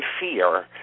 fear